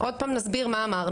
עוד פעם נסביר מה אמרנו.